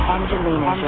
Angelina